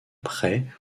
près